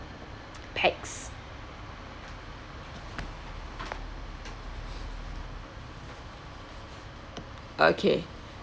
pax okay